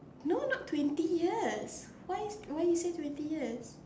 no not twenty years why you why you say twenty years